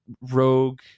rogue